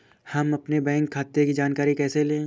हम अपने बैंक खाते की जानकारी कैसे लें?